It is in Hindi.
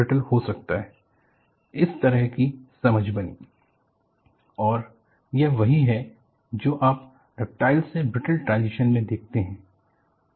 ductile to brittle transition temperature and it's relevance और यह वही है जो आप डक्टाइल से ब्रिटल ट्रांजिशन में देखते हैं